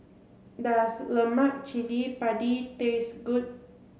does Lemak Cili Padi taste good